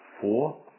four